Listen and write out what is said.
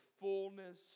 fullness